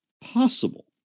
possible